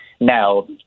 Now